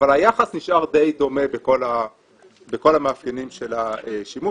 אבל היחס נשאר די דומה בכל המאפיינים של השימוש,